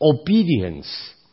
obedience